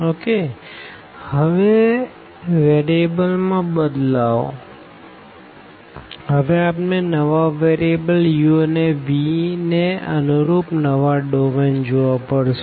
તો હવે વેરીએબલ માં બદલાવ હવે આપણે નવા વેરીએબલ u અનેvને કરસપોનડીંગ નવા ડોમેન જોવા પડશે